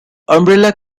umbrella